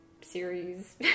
series